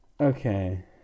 Okay